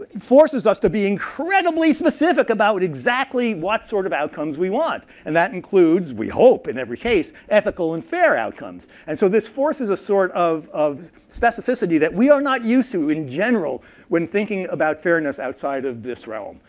forces us to be incredibly specific about exactly what sort of outcomes we want. and that includes, we hope, in every case, ethical and fair outcomes. and so this forces a sort of of specificity that we are not used to in general when thinking about fairness outside of this realm.